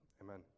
Amen